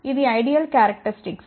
ఇది ideal characteristics